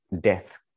death